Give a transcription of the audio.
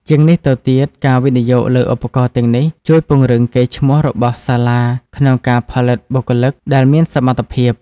ជាងនេះទៅទៀត ការវិនិយោគលើឧបករណ៍ទាំងនេះជួយពង្រឹងកេរ្តិ៍ឈ្មោះរបស់សាលាក្នុងការផលិតបុគ្គលិកដែលមានសមត្ថភាព។